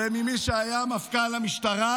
וממי שהיה מפכ"ל המשטרה,